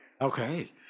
Okay